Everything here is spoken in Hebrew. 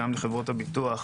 גם לחברת הביטוח,